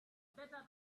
better